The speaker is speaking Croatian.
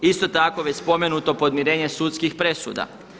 Isto tako već spomenuto podmirenje sudskih presuda.